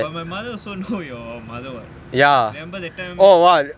but my mother also know your mother what remember that time